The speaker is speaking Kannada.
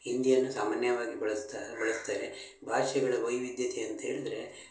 ಹಿಂದಿಯನ್ನು ಸಾಮಾನ್ಯವಾಗಿ ಬಳಸ್ತಾ ಬಳಸ್ತಾರೆ ಭಾಷೆಗಳ ವೈವಿಧ್ಯತೆಯಂತ ಹೇಳಿದ್ರೆ